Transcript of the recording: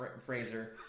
Fraser